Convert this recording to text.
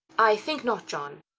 i think not, john.